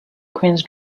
queens